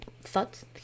thoughts